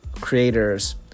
creators